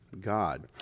God